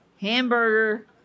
hamburger